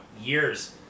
years